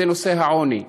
זה נושא העוני,